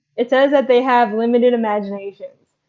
it says that they have limited imaginations.